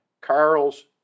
Carl's